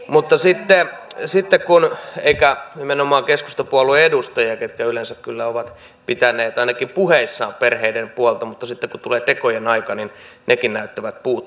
mutta siihen se sitten kuollut eikä nimenomaan keskustapuolueen edustajia ketkä yleensä kyllä ovat pitäneet ainakin puheissaan perheiden puolta mutta sitten kun tulee tekojen aika niin ne näyttävät puuttuvan